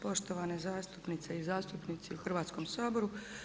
Poštovane zastupnice i zastupnici u Hrvatskom saboru.